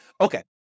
Okay